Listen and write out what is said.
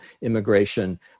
immigration